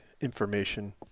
information